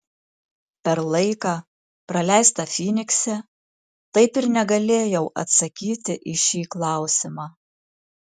per laiką praleistą fynikse taip ir negalėjau atsakyti į šį klausimą